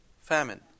famine